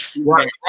Right